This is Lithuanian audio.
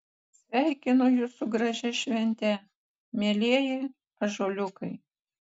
sveikinu jus su gražia švente mielieji ąžuoliukai